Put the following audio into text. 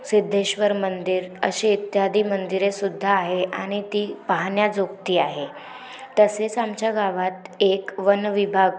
सिद्धेश्वर मंदिर असे इत्यादी मंदिरेसुद्धा आहे आणि ती पाहण्याजोगती आहे तसेच आमच्या गावात एक वनविभाग